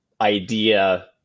idea